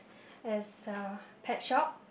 it's a pet shop